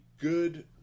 good